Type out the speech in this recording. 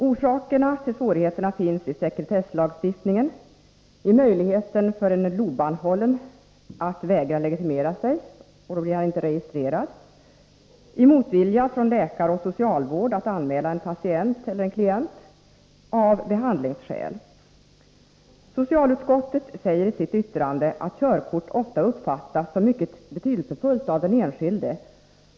Orsakerna till svårigheterna finns i sekretesslagstiftningen, i möjligheten för en LOB-anhållen att vägra legitimera sig — varvid han inte registreras — och i motvilja från läkare och socialvård att anmäla en patient eller en klient, av behandlingsskäl. Socialutskottet säger också i sitt yttrande att körkort ofta uppfattas som mycket betydelsefullt av den enskilde.